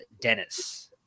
Dennis